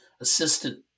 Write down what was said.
assistant